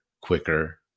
quicker